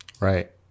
Right